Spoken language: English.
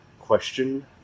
question